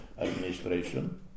administration